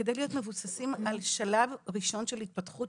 כדי להיות מבוססים על שלב ראשון של התפתחות